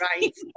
Right